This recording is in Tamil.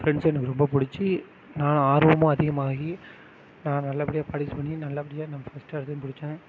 ஃப்ரெண்ட்ஸை எனக்கு ரொம்ப பிடிச்சு நான் ஆர்வமும் அதிகமாகி நான் நல்லபடியாக பார்ட்டிசிபேட் பண்ணி நல்லபடியாக நான் ஃபர்ஸ்ட் இடத்தையும் பிடிச்சேன்